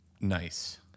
Nice